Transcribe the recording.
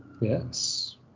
Yes